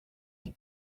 and